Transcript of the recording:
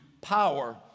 power